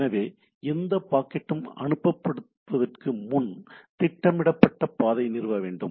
எனவே எந்த பாக்கெட்டும் அனுப்பப்படுவதற்கு முன் திட்டமிடப்பட்ட பாதை நிறுவப்பட வேண்டும்